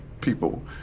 people